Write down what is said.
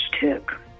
took